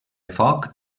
foc